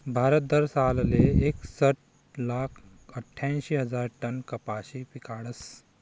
भारत दरसालले एकसट लाख आठ्यांशी हजार टन कपाशी पिकाडस